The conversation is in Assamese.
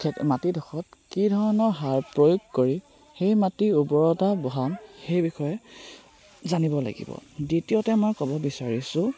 মাটিডোখৰত কি ধৰণৰ সাৰ প্ৰয়োগ কৰি সেই মাটিৰ উৰ্বৰতা বঢ়াম সেই বিষয়ে জানিব লাগিব দ্বিতীয়তে মই ক'ব বিচাৰিছোঁ